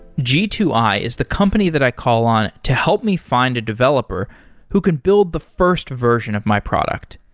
g two i is the company that i call on to help me find a developer who can build the first version of my product.